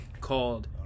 called